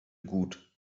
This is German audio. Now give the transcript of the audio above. gut